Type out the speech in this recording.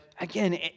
again